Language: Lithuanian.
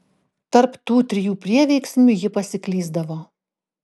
tarp tų trijų prieveiksmių ji pasiklysdavo